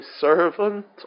servant